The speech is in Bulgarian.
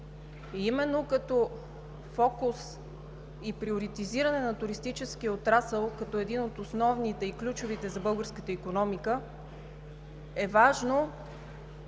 Именно като фокус и приоритизиране на туристическия отрасъл като един от основните и ключовите за българската икономика е важно това